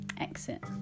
Exit